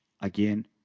again